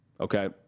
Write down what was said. Okay